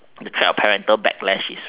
the threat of parental backlash is